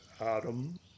Adam